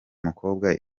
mukobwa